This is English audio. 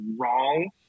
wrong